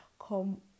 come